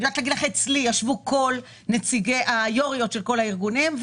ישבו כל נציגי היו"ר של כל הארגונים.